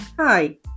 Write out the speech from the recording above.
Hi